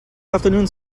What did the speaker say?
afternoon